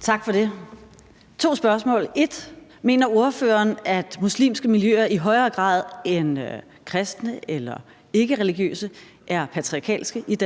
Tak for det. Jeg har to spørgsmål. 1: Mener ordføreren, at muslimske miljøer i Danmark i højere grad end kristne eller ikkereligiøse er patriarkalske?